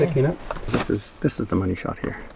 like you know this is this is the money shot here,